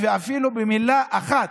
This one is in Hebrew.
ואפילו במילה אחת,